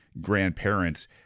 grandparents